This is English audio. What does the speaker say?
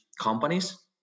companies